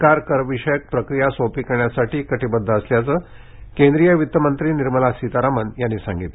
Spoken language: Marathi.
सरकार करविषयक प्रक्रिया सोपी करण्यासाठी कटिबद्ध असल्याचं केंद्रीय अर्थमंत्री निर्मला सीतारामन यांनी या वेळी नमूद केलं